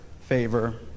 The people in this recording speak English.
favor